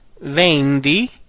vendi